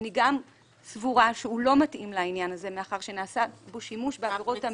אני סבור שהוא לא מתאים לעניין הזה מאחר שנעשה בו שימוש בעבירות המין.